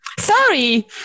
Sorry